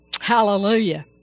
Hallelujah